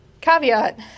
Caveat